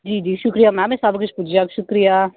जी जी शुक्रिया मैम एह सब किश पुज्जी जाह्ग शुक्रिया